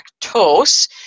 lactose